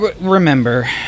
remember